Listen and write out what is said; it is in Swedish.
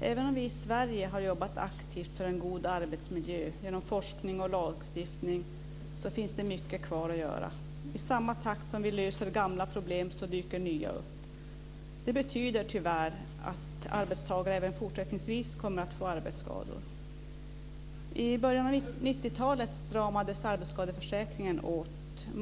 Även om vi i Sverige har jobbat aktivt för en god arbetsmiljö genom forskning och lagstiftning, finns det mycket kvar att göra. I samma takt som vi löser gamla problem dyker nya upp. Det betyder tyvärr att arbetstagare även fortsättningsvis kommer att få arbetsskador. I början av 90-talet stramades arbetsskadeförsäkringen åt.